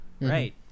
right